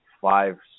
five